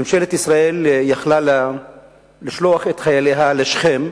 ממשלת ישראל היתה יכולה לשלוח את חייליה לשכם